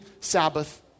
Sabbath